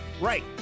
Right